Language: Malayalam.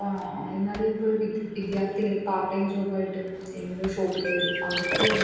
എന്നാൽ ഇപ്പോൾ ഒരു വിദ് വിദ്യാർത്ഥിനി പാർട്ട് ടൈം ജോബ് ആയിട്ട് ഏതെങ്കിലും ഒരു ഷോപ്പിൽ കയറി അവൾക്ക്